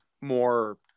more